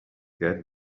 get